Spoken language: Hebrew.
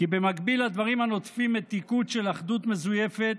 כי במקביל לדברים הנוטפים מתיקות של אחדות מזויפת